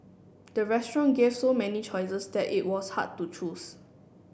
the restaurant gave so many choices that it was hard to choose